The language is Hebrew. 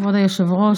כבוד היושב-ראש,